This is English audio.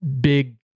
big